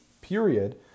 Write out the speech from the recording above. Period